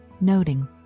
noting